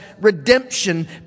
redemption